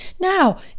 Now